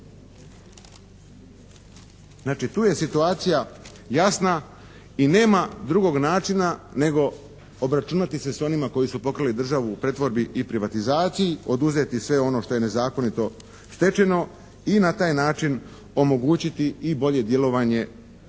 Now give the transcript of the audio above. Znači tu je situacija jasna i nema drugog načina nego obračunati se s onima koji su pokrali državu u pretvorbi i privatizaciji, oduzeti sve ono što je nezakonito stečeno i na taj način omogućiti i bolje djelovanje Hrvatskog